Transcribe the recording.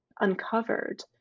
uncovered